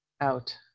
out